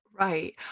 Right